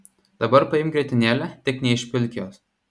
dabar paimk grietinėlę tik neišpilk jos